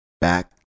Back